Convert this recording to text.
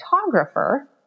photographer